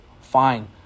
fine